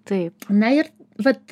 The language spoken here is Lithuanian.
taip na ir vat